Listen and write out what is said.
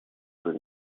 уже